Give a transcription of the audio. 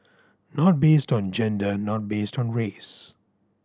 not based on gender not based on race